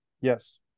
Yes